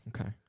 Okay